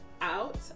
out